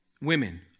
women